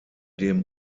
dem